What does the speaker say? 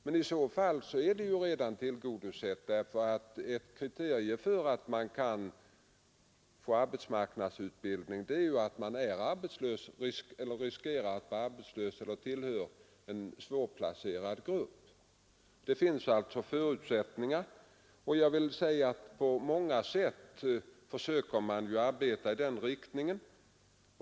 Detta krav är dock redan tillgodosett, för ett kriterium för att få arbetsmarknadsutbildning är att man är arbetslös, riskerar att bli arbetslös eller tillhör en svårplacerad grupp. Det finns alltså förutsättningar. På många sätt försöker man arbeta i den riktningen.